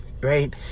right